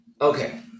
Okay